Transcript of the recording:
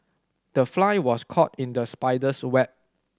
the fly was caught in the spider's web